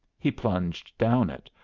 he plunged down it,